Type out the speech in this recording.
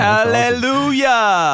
Hallelujah